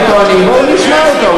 בואו נשמע אותו,